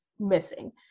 missing